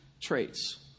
traits